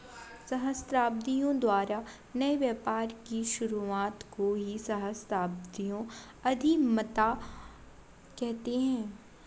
सहस्राब्दियों द्वारा नए व्यापार की शुरुआत को ही सहस्राब्दियों उधीमता कहते हैं